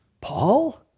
Paul